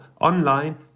online